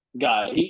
guy